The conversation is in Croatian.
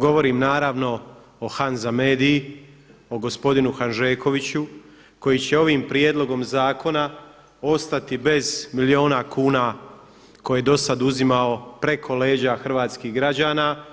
Govorim naravno o Hanza Meda-i, o gospodinu Hanžekoviću koji će ovim prijedlogom zakona ostati bez milijuna kuna koje je do sada uzimao preko leđa hrvatskih građana